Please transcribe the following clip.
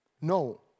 No